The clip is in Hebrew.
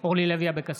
אורלי לוי אבקסיס,